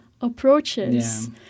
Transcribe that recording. approaches